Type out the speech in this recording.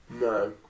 No